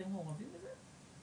--- היו מעורבים בזה?